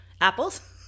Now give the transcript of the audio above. apples